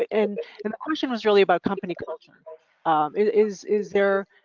and and the question was really about company culture is is there,